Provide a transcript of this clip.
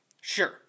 Sure